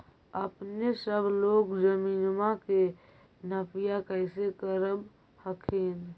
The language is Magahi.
अपने सब लोग जमीनमा के नपीया कैसे करब हखिन?